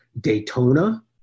Daytona